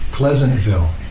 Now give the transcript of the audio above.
pleasantville